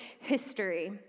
history